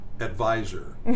advisor